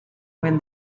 when